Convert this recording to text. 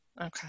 okay